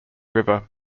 river